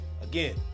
Again